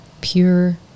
pure